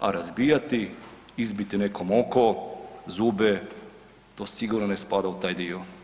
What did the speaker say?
a razbijati, izbiti nekom oko, zube to sigurno ne spada u taj dio.